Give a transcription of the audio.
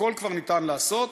הכול כבר אפשר לעשות,